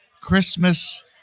Christmas